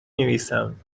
نویسم